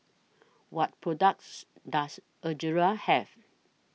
What products Does Ezerra Have